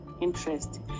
interest